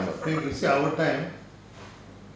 you see our time